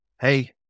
hey